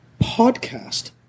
podcast